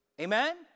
Amen